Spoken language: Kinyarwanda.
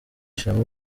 ishema